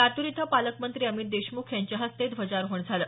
लातूर इथं पालकमंत्री अमित देशमुख यांच्या हस्ते ध्वजारोहण झालं